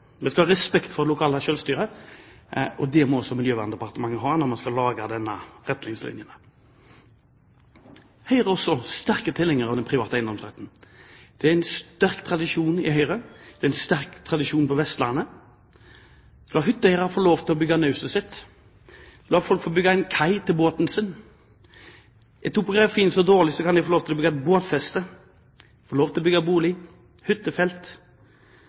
skal ha respekt for det lokale selvstyret, og det må også Miljøverndepartementet ha når man skal lage disse retningslinjene. Høyre er også en sterk tilhenger av den private eiendomsretten. Det er en sterk tradisjon i Høyre, det er en sterk tradisjon på Vestlandet. La hytteeieren få lov til å bygge naustet sitt. La folk få bygge en kai til båten sin. Er topografien for dårlig, kan de få lov til å lage båtfeste, få lov til å bygge bolig, hyttefelt.